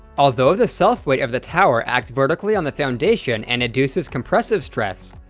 although the self-weight of the tower acts vertically on the foundation and induces compressive stress,